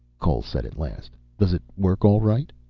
cole said, at last. does it work all right?